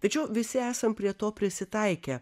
tačiau visi esam prie to prisitaikę